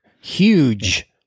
Huge